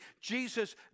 Jesus